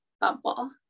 bubble